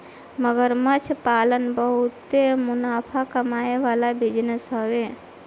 मगरमच्छ पालन बहुते मुनाफा कमाए वाला बिजनेस हवे